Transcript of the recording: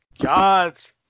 God's